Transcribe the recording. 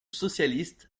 socialiste